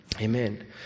Amen